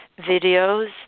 videos